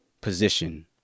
position